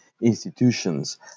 Institutions